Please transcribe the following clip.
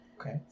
Okay